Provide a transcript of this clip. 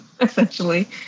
essentially